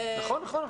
נכון.